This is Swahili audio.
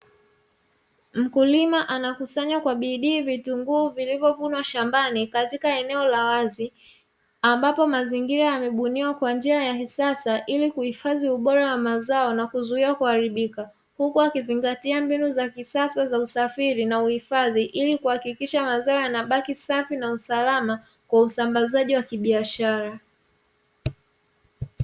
Mkulima anakusanya kwa bidii vitunguu vilivyovunwa shambani katika eneo la wazi, ambapo mazingira yamebuniwa kwa njia ya kisasa ili kuhifadhi ubora wa mazao na kuzuia kuharibika, huku akizingatia mbinu za kisasa za usafiri na uhifadhi ili kuhakikisha mazao yanabaki safi na usalama kwa usambazaji wa kibiashara.